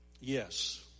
Yes